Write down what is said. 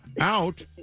out